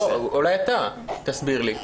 אולי אתה תסביר לי,